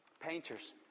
painters